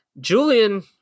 Julian